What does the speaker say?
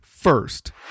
First